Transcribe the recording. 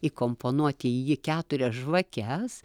įkomponuoti į jį keturias žvakes